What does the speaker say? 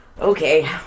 Okay